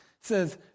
says